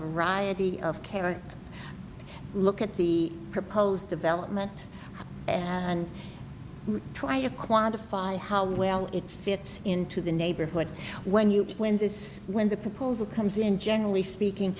variety of character look at the proposed development and try to quantify how well it fits into the neighborhood when you win this when the proposal comes in generally speaking